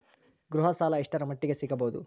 ಗೃಹ ಸಾಲ ಎಷ್ಟರ ಮಟ್ಟಿಗ ಸಿಗಬಹುದು?